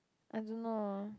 I don't know